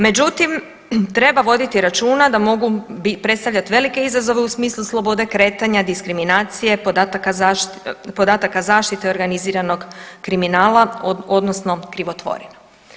Međutim, treba voditi računa da mogu predstavljati velike izazove u smislu slobode kretanja, diskriminacije, podataka zaštite, organiziranog kriminala, odnosno krivotvorina.